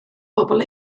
bobol